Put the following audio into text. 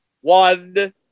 one